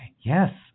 yes